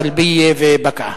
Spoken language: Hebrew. בטלביה ובבקעה.